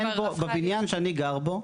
בבניין שאני גר בו,